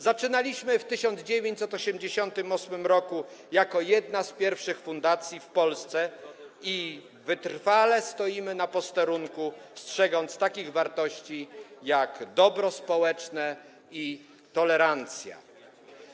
Zaczynaliśmy w 1988 r. jako jedna z pierwszych fundacji w Polsce i wytrwale stoimy na posterunku, strzegąc takich wartości, jak dobro społeczne i tolerancja”